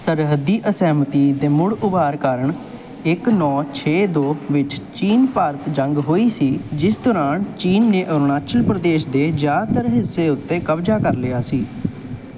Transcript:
ਸਰਹੱਦੀ ਅਸਹਿਮਤੀ ਦੇ ਮੁੜ ਉਭਾਰ ਕਾਰਨ ਇੱਕ ਨੌ ਛੇ ਦੋ ਵਿੱਚ ਚੀਨ ਭਾਰਤ ਜੰਗ ਹੋਈ ਸੀ ਜਿਸ ਦੌਰਾਨ ਚੀਨ ਨੇ ਅਰੁਣਾਚਲ ਪ੍ਰਦੇਸ਼ ਦੇ ਜ਼ਿਆਦਾਤਰ ਹਿੱਸੇ ਉੱਤੇ ਕਬਜ਼ਾ ਕਰ ਲਿਆ ਸੀ